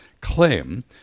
claim